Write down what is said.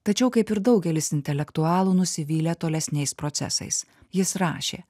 tačiau kaip ir daugelis intelektualų nusivylė tolesniais procesais jis rašė